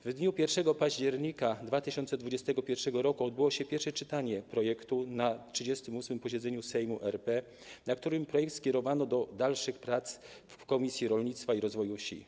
W dniu 1 października 2021 r. odbyło się pierwsze czytanie projektu na 38. posiedzeniu Sejmu RP, na którym projekt skierowano do dalszych prac w Komisji Rolnictwa i Rozwoju Wsi.